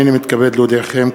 הנני מתכבד להודיעכם,